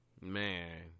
Man